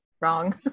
wrong